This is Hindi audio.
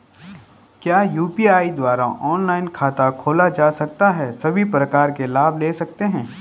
क्या यु.पी.आई द्वारा ऑनलाइन खाता खोला जा सकता है सभी प्रकार के लाभ ले सकते हैं?